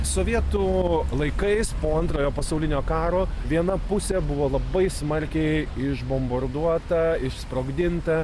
sovietų laikais po antrojo pasaulinio karo viena pusė buvo labai smarkiai išbombarduota išsprogdinta